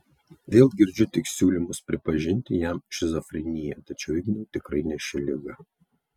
vėl girdžiu tik siūlymus pripažinti jam šizofreniją tačiau ignui tikrai ne ši liga